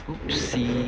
!oops!